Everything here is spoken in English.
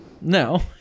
No